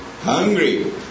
hungry